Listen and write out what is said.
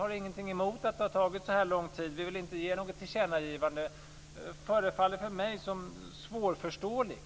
man inte har något emot att det tagit så lång tid och att man inte vill göra något tillkännagivande - det förefaller mig svårförståeligt.